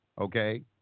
Okay